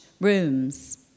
rooms